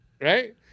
Right